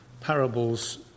parables